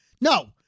No